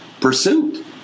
pursuit